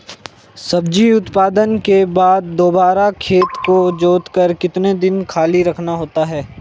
सब्जी उत्पादन के बाद दोबारा खेत को जोतकर कितने दिन खाली रखना होता है?